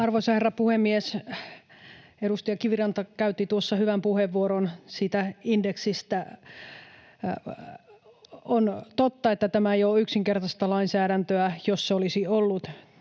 Arvoisa herra puhemies! Edustaja Kiviranta käytti tuossa hyvän puheenvuoron indeksistä. On totta, että tämä ei ole yksinkertaista lainsäädäntöä. Jos se olisi ollut,